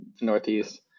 northeast